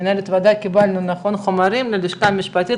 מנהלת הוועדה, קיבלנו חומרים ללשכה המשפטית,